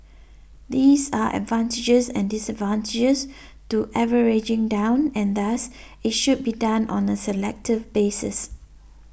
this are advantages and disadvantages to averaging down and thus it should be done on a selective basis